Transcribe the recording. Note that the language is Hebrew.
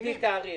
תגיד תאריך.